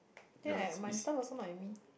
then I my stuff also not with me